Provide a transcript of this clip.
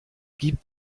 gibt